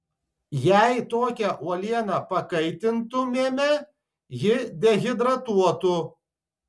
jei tokią uolieną pakaitintumėme ji dehidratuotų